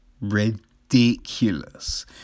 ridiculous